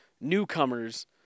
newcomers